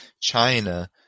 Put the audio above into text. China